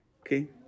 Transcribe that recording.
Okay